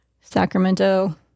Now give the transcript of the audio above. Sacramento